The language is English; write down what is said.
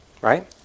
right